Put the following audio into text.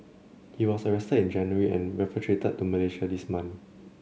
he was arrested in January and repatriated to Malaysia this month